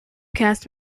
cast